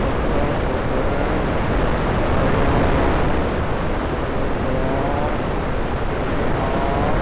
Uttar Pradesh Haryana Gujarat Bihar